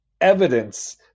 evidence